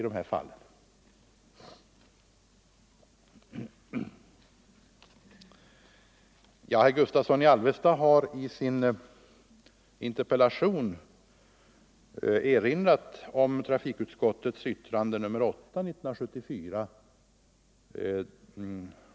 Herr Gustavsson i Alvesta har i sin interpellation erinrat om trafikutskottets betänkande nr 8 år 1974.